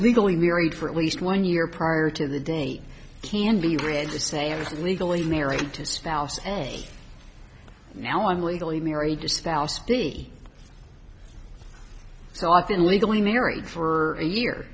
legally married for at least one year prior to the date can be read to say he was legally married to spouse and now i'm legally married spouse be so often legally married for a year